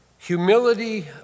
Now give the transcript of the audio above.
Humility